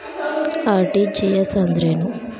RTGS ಅಂದ್ರೇನು?